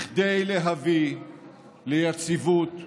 כדי להביא ליציבות ולשקט.